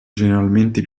generalmente